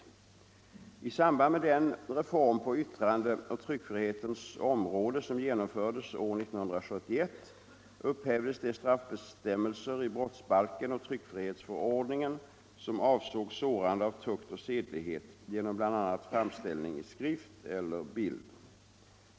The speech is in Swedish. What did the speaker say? tryckalster I samband med den reform på yttrandeoch tryckfrihetens område som genomfördes år 1971 upphävdes de straffbestämmelser i brottsbalken och tryckfrihetsförordningen som avsåg sårande av tukt och sedlighet genom bl.a. framställning i skrift eller bild.